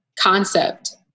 concept